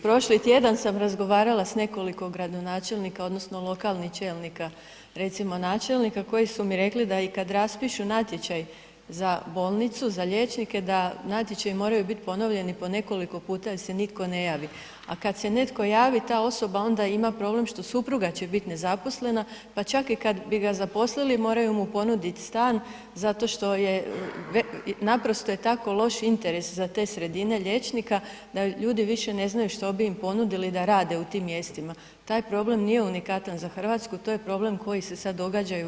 Prošli tjedan sam razgovarala s nekoliko gradonačelnika odnosno lokalni čelnika, recimo načelnika koji su mi rekli da i kad raspišu natječaj za bolnicu, za liječnike, da natječaji moraju biti ponovljeni po nekoliko puta jer se nitko ne javi, a kad se netko javi, ta osoba onda ima problem što supruga će bit nezaposlena, pa čak i kad bi ga zaposlili moraju mu ponudit stan zato što je, naprosto je tako loš interes za te sredine liječnika da ljudi više ne znaju što bi im ponudili da rade u tim mjestima, taj problem nije unikatan za RH, to je problem koji se sad događa i u EU.